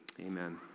Amen